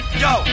yo